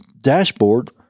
dashboard